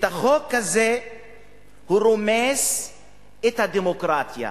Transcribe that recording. החוק הזה רומס את הדמוקרטיה,